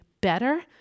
better